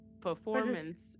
performance